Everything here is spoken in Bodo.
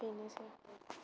बेनोसै